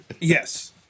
Yes